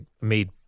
made